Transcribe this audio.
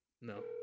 No